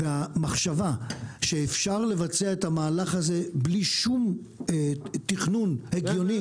והמחשבה שאפשר לבצע את המהלך הזה בלי שום תכנון הגיוני.